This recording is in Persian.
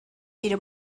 شیر